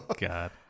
God